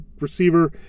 receiver